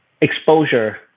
exposure